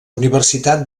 universitat